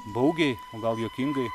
baugiai o gal juokingai